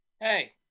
Hey